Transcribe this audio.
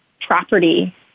property